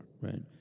right